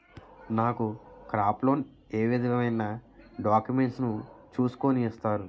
నాకు crop loan ఏ విధమైన డాక్యుమెంట్స్ ను చూస్కుని ఇస్తారు?